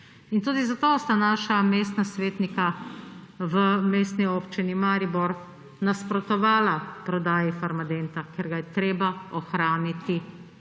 Tudi zato sta naša mestna svetnika v Mestni občini Maribor nasprotovala prodaji Farmadenta – ker ga je treba ohraniti